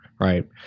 right